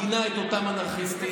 גינה את אותם אנרכיסטים.